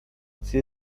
sie